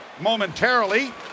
momentarily